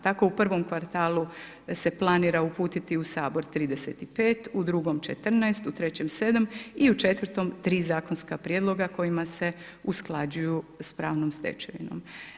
Tako u prvom kvartalu se planira uputiti u Sabor 35, u drugom 14, u trećem 7 i u četvrtom 3 zakonska prijedloga kojima se usklađuju s pravnom stečevinom.